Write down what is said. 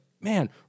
Man